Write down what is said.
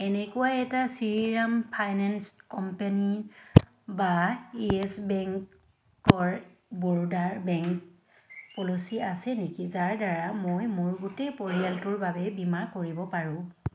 এনেকুৱা এটা Shriram finance company বা য়েছ বেংকৰ বৰোদা বেংক পলিচি আছে নেকি যাৰ দ্বাৰা মই মোৰ গোটেই পৰিয়ালটোৰ বাবে বীমা কৰিব পাৰো